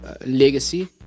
legacy